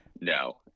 no